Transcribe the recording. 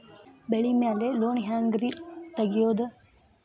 ಬೆಳಿ ಮ್ಯಾಲೆ ಲೋನ್ ಹ್ಯಾಂಗ್ ರಿ ತೆಗಿಯೋದ?